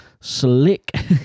slick